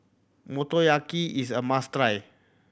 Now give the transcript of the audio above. motoyaki is a must try